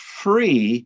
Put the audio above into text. free